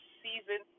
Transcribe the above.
season